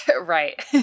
Right